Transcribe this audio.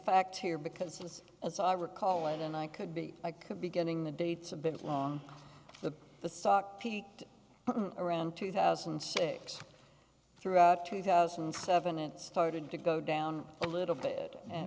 facts here because as i recall and i could be i could be getting the dates a bit long but the stock peaked around two thousand and six throughout two thousand and seven it started to go down a little bit and